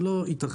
זה לא ייתכן.